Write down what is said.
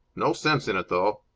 no sense in it, though.